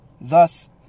Thus